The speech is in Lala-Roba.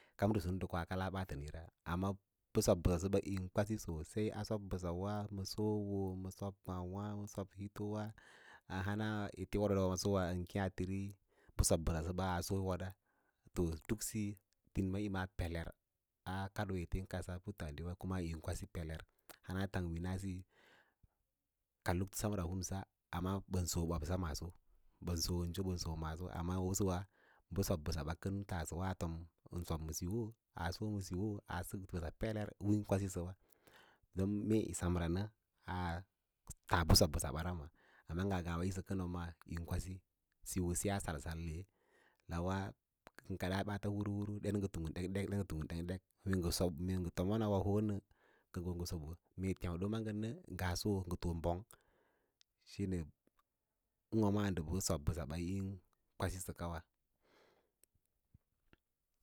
Kam ndə sum ndə koa kala ɓaatənira amma bə sob mbəsa səba yín kwasi sosaī adob mbəsawa ma soꞌo, ma sob kwaãwa ma sob titowa a hans ete wod wod wabo ən keẽ a tírí bə sol mbəsa səba a so woda, to duk siyi tinima insa pelev a kado ete yín kadsə a puttǎǎdiwa kuna yi kwasi peler thana tang wina siyi ka luktu semra hansa amma bən so boɓoss maaso ɓən so ən so, bən so maaso mbə sob bəsa kən a to ma siyo a sək mbəsa pelev un kwasijəwa don mee semra nə tas bə sob mbəsarawa pə ngama yi sə kənwã maa yin kwasi siyoo siyaa sal sal la lawa ngən kaɗa ɓaats hur hur ɗen ngə tunffm dek ɗek ngə sob mee tomon a ho nə ngə no ngə sobo sob mee tèudo ma ngə nə ngas soꞌo ngə too ɓong shime ūwâ maa ndə bə sob mbəsaba um kwasibə kawa.